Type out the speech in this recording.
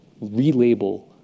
relabel